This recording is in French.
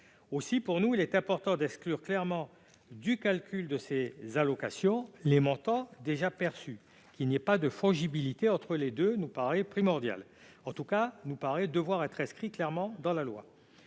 Aussi, selon nous, il est important d'exclure clairement du calcul desdites allocations les montants déjà perçus. Qu'il n'y ait pas de fongibilité entre les deux nous paraît primordial, et il convient que cela soit inscrit clairement dans la loi.